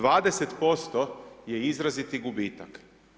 20% je izraziti gubitak.